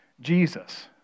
Jesus